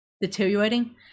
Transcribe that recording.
deteriorating